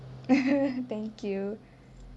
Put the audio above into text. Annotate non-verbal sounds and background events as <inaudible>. <laughs> thank you